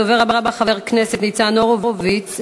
הדובר הבא, חבר הכנסת ניצן הורוביץ.